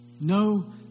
No